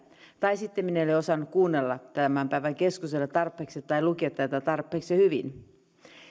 tai sitten minä en ole osannut kuunnella tämän päivän keskusteluja tarpeeksi tai lukea tätä tarpeeksi hyvin